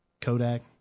Kodak